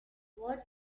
what